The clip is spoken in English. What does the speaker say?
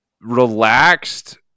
relaxed